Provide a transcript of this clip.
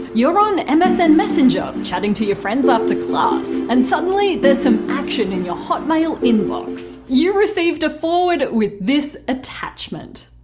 you're on msn messenger, chatting to your friends after class, and suddenly, there's some action in your hotmail inbox. you received a forward with this attachment